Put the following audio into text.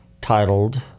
titled